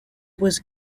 was